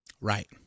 Right